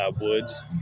woods